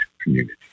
community